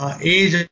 age